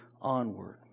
onward